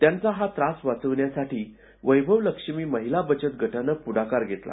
त्यांचा हा त्रास वाचविण्यासाठी वैभवलक्ष्मी महिला बचत गटानं पुढाकार घेतला